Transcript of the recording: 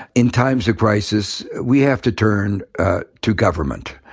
in times of crisis, we have to turn to government.